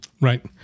Right